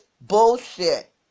bullshit